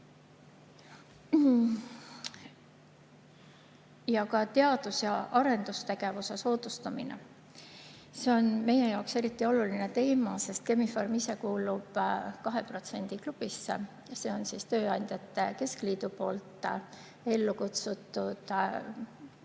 Ja ka teadus- ja arendustegevuse soodustamine. See on meie jaoks eriti oluline teema, sest Chemi-Pharm ise kuulub 2% klubisse. See on tööandjate keskliidu poolt ellu kutsutud